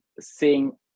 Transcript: seeing